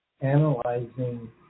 analyzing